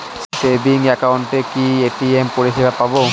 Savings একাউন্টে কি ATM পরিসেবা পাব?